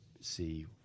see